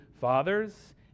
fathers